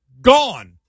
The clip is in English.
Gone